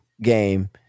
game